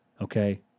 okay